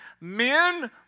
Men